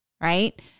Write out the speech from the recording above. right